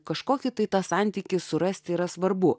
kažkokį tą santykį surasti yra svarbu